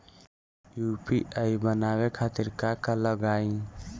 UPI बनावे खातिर का का लगाई?